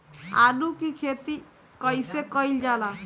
आलू की खेती कइसे कइल जाला?